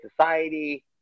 society